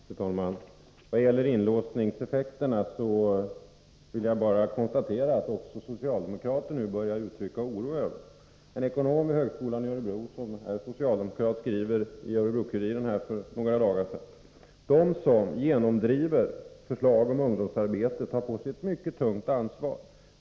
Fru talman! För att anknyta till inlåsningseffekterna vill jag bara konstatera att detta är något som också socialdemokrater nu börjar uttrycka oro över. En ekonom vid högskolan i Örebro, som är socialdemokrat, skrev för några dagar sedan i Örebro-Kuriren: ”De som genomdriver förslaget om ungdomsarbete tar på sig ett mycket tungt ansvar.